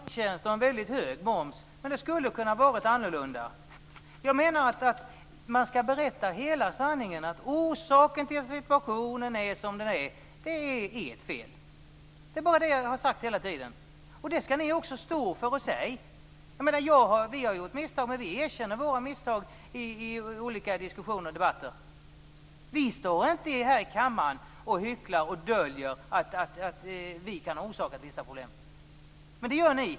Fru talman! Ja, vi betalar en väldigt hög moms på restaurangtjänster, men det skulle ha kunnat vara annorlunda. Jag menar att man skall berätta hela sanningen, nämligen att det är ert fel att situationen är som den är. Det är det jag har sagt hela tiden. Det skall ni också stå för och säga. Vi har gjort misstag, men vi erkänner våra misstag i olika debatter. Vi står inte här i kammaren och hycklar och döljer att vi kan ha orsakat vissa problem, men det gör ni.